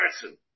person